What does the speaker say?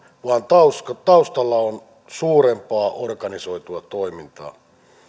vaan taustalla on suurempaa organisoitua toimintaa